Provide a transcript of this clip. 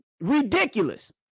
ridiculous